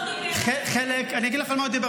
הוא לא דיבר על --- אני אגיד לך על מה הוא דיבר.